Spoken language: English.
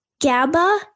GABA